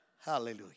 Hallelujah